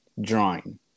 drawing